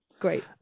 Great